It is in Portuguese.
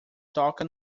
toca